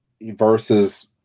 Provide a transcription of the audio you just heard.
versus